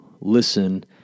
listen